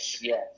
yes